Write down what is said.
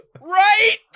Right